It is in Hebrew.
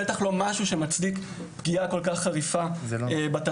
זה בטח לא משהו שמצדיק פגיעה כל כך חריפה בתרנגולות.